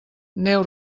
neu